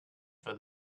for